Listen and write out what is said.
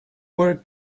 where